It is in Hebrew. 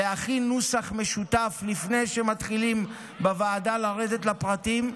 להכין נוסח משותף לפני שמתחילים לרדת לפרטים בוועדה.